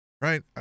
right